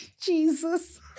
Jesus